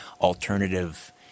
alternative